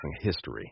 history